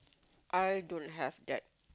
I don't have that